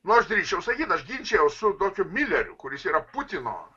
nors drįsčiau sakyt aš ginčijaus su tokiu mileriu kuris yra putino